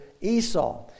Esau